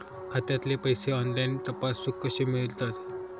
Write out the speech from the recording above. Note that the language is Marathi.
खात्यातले पैसे ऑनलाइन तपासुक कशे मेलतत?